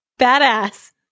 Badass